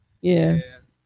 yes